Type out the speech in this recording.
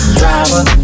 driver